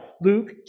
Luke